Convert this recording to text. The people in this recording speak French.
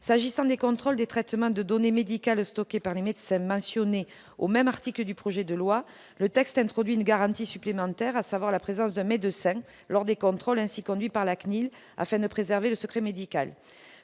S'agissant des contrôles des traitements de données médicales stockées par les médecins, qui sont mentionnés au même article du projet de loi, le texte introduit une garantie supplémentaire, à savoir la présence d'un médecin lors des contrôles ainsi conduits par la CNIL, afin de préserver le secret médical.